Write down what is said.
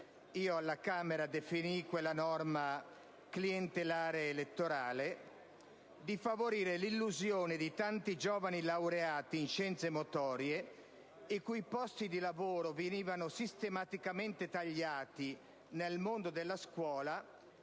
io alla Camera definii quella norma clientelare ed elettorale - scelse di favorire l'illusione di tanti giovani laureati in scienze motorie, i cui posti di lavoro venivano sistematicamente tagliati nel mondo della scuola,